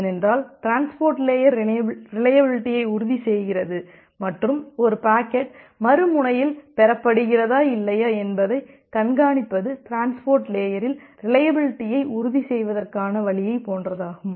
ஏனென்றால் transport layer ரிலையபிலிட்டியை உறுதிசெய்கிறது மற்றும் ஒரு பாக்கெட் மறுமுனையில் பெறப்படுகிறதா இல்லையா என்பதைக் கண்காணிப்பது டிரான்ஸ்போர்ட் லேயரில் ரிலையபிலிட்டியை உறுதி செய்வதற்கான வழியை போன்றதாகும்